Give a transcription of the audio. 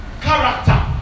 character